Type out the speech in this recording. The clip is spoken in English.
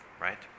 right